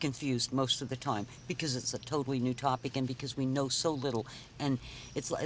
confused most of the time because it's a totally new topic and because we know so little and it's